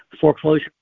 Foreclosure